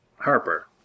Harper